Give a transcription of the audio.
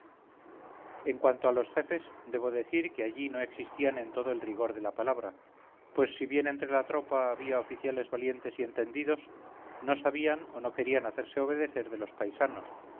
en cuanto a jefes debo decir que allí no existían en todo el rigor de la palabra pues si bien entre la tropa había oficiales valientes yentendidos no sabían o no querían hacerse obedecer de los paisanos